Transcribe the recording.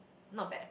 not bad